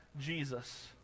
jesus